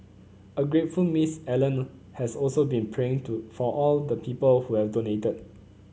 a grateful Miss Allen has also been praying to for all the people who have donated